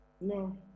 No